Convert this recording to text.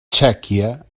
txèquia